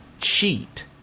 Cheat